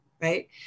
right